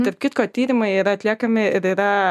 tarp kitko tyrimai yra atliekami ir yra